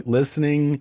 listening